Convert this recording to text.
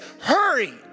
hurry